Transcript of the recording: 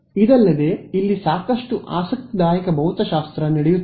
ಇದಲ್ಲದೆ ಇಲ್ಲಿ ಸಾಕಷ್ಟು ಆಸಕ್ತಿದಾಯಕ ಭೌತಶಾಸ್ತ್ರ ನಡೆಯುತ್ತಿದೆ